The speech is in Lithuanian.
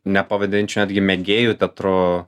nepavadinčiau netgi mėgėjų teatru